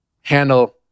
handle